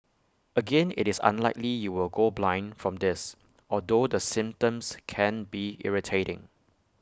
again IT is unlikely you will go blind from this although the symptoms can be irritating